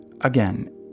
Again